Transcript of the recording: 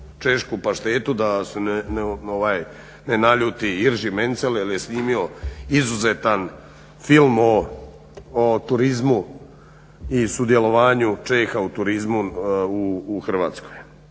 češku paštetu da se ne naljuti Jiri Menzel jer je snimio izuzetan film o turizmu i sudjelovanju Čeha u turizmu u Hrvatskoj,